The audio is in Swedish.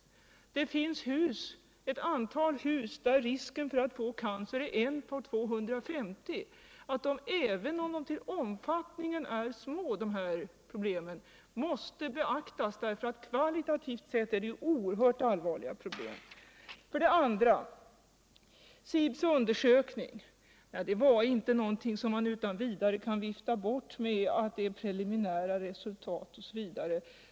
Det finns ett antal hus där risken för att få cancer är en på 250. Även om dessa hus är få — några tusen — så måste problemen behandlas med allvar därför att de kvalitativt seu är oerhört allvarliga. SIB:s undersökning var inte något som man utan vidare kan vifta bort med att det är preliminära resultat osv.